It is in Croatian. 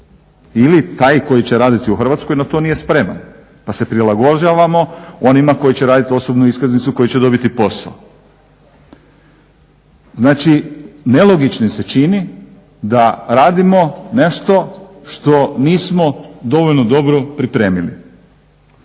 Ili taj koji će raditi u Hrvatskoj na to nije spreman pa se prilagođavamo onima koji će raditi osobnu iskaznicu koji će dobiti posao. Znači, nelogičnim se čini da radimo nešto što nismo dovoljno dobro pripremili.